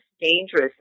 dangerous